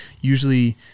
Usually